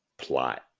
plot